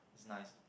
it's nice